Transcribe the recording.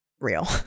real